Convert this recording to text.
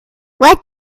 what